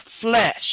flesh